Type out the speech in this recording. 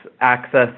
access